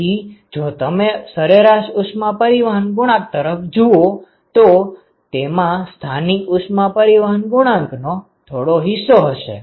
તેથી જો તમે સરેરાશ ઉષ્મા પરિવહન ગુણાંક તરફ જુઓ તો તેમાં સ્થાનિક ઉષ્મા પરિવહન ગુણાંકનો થોડો હિસ્સો હશે